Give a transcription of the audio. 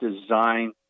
design